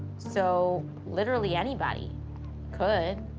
so, literally anybody could,